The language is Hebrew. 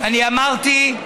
אני אמרתי,